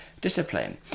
discipline